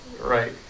Right